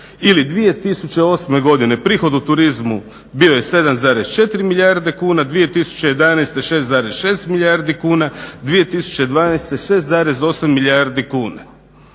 Ili 2008. prihod u turizmu bio je 7,4 milijarde kuna, 2011. 6,6 milijardi kuna, 2012. 6,8 milijardi kuna.